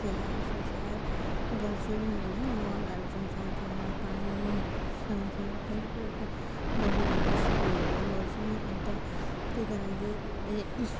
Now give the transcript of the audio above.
स्याहारसुसार गर्छौँ होइन मल हाल्छौँ समय समयमा पानी समय समय दबाईहरू स्प्रेहरू गर्छौँ अन्त त्यही कारणले उसले